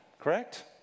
correct